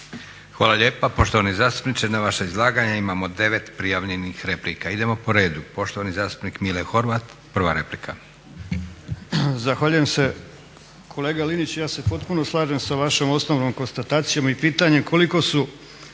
Hvala lijepa poštovani zastupniče. Na vaše izlaganje imamo 9 prijavljenih replika. Idemo po redu. Poštovani zastupnik Mile Horvat prva replika. **Horvat, Mile (SDSS)** Zahvaljujem se. Kolega Linić, ja se potpuno slažem sa vašom osnovnom konstatacijom i pitanjem koliko su